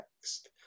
next